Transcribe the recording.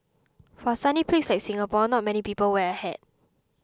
for a sunny place like Singapore not many people wear a hat